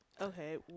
okay